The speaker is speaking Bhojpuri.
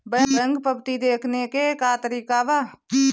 बैंक पवती देखने के का तरीका बा?